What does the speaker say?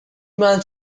miles